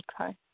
Okay